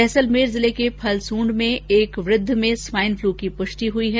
जैसलमेर जिले के फलसूण्ड के एक वृद्ध में स्वाइनफ्लू की पुष्टि हुई है